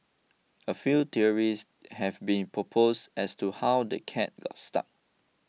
a few theories have been proposed as to how the cat got stuck